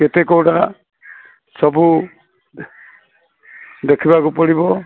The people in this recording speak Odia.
କେତେ କୋଉଟା ସବୁ ଦେଖିବାକୁ ପଡ଼ିବ